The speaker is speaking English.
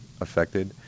affected